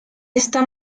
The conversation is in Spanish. esta